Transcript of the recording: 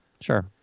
Sure